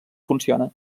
funciona